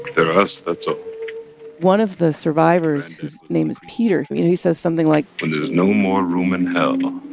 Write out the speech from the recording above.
they're us. that's all ah one of the survivors, whose name is peter, you know, he says something like. when there's no more room in hell,